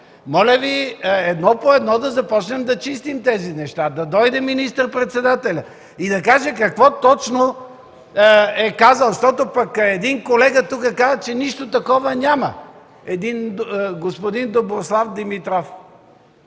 моля Ви, едно по едно за започнем да чистим тези неща. Да дойде министър-председателят и да каже какво точно е казал, щото пък един колега тук каза, че нищо такова няма. Един господин – Доброслав Димитров.